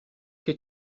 che